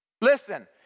Listen